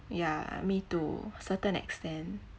ya me too certain extent